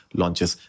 launches